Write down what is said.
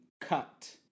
cut